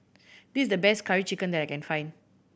this is the best Curry Chicken that I can find